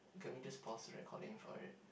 can we just pause the recording for it